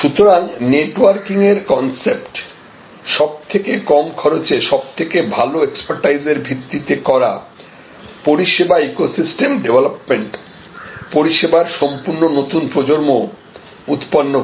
সুতরাং নেটওয়ার্কিং এর কনসেপ্ট সব থেকে কম খরচে সবথেকে ভালো এক্সপার্টিস এর ভিত্তিতে করা পরিষেবা ইকোসিস্টেম ডেভলপমেন্ট পরিষেবার সম্পূর্ণ নতুন প্রজন্ম উৎপন্ন করবে